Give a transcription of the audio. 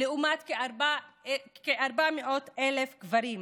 לעומת כ-400,000 גברים.